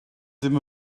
ddim